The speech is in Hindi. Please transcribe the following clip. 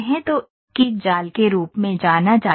तो कि जाल के रूप में जाना जाता है